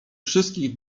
wszystkich